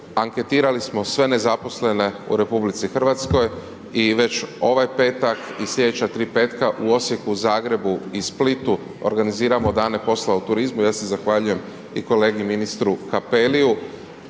Anketirali smo sve nezaposlene u RH i već ovaj petak i slijedeća tri petka u Osijeku, Zagrebu i Splitu organiziramo dane posla u turizmu, ja se zahvaljujem i kolegi ministru Cappelliu,